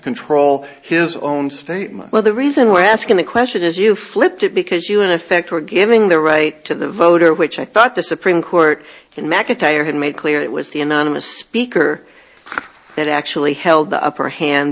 control his own statement well the reason we're asking the question is you flipped it because you in effect were giving the right to the voter which i thought the supreme court and mcintyre had made clear it was the anonymous speaker that actually held the upper hand